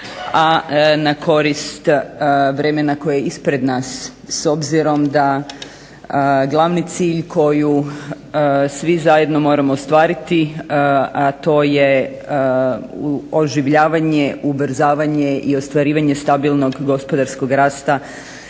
a na korist vremena koje je ispred nas. S obzirom da glavni cilj koju svi zajedno moramo ostvariti a to je oživljavanje, ubrzavanje i ostvarivanje stabilnog gospodarskog rasta